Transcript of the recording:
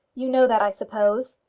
you know that, i suppose?